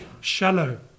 shallow